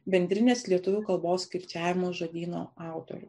bendrinės lietuvių kalbos kirčiavimo žodyno autorių